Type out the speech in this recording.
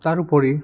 তাৰোপৰি